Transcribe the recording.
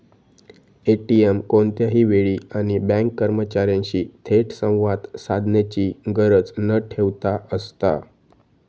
ATM कोणत्याही वेळी आणि बँक कर्मचार्यांशी थेट संवाद साधण्याची गरज न ठेवता असता